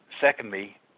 secondly